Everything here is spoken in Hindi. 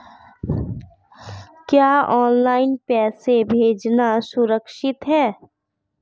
क्या ऑनलाइन पैसे भेजना सुरक्षित है?